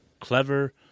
clever